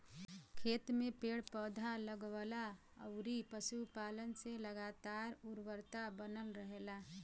खेत में पेड़ पौधा, लगवला अउरी पशुपालन से लगातार उर्वरता बनल रहेला